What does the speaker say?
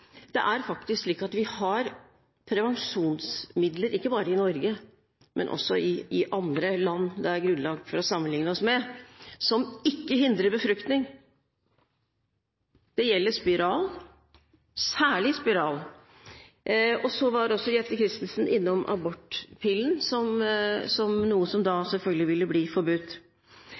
Det er faktisk slik at vi har prevensjonsmidler – ikke bare i Norge, men også i andre land det er grunnlag for å sammenligne seg med – som ikke hindrer befruktning. Det gjelder spiral – særlig spiral, og Jette Christensen var også innom abortpillen som noe som selvfølgelig også ville bli forbudt.